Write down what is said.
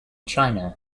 china